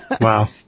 Wow